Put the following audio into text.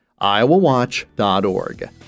iowawatch.org